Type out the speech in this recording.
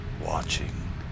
watching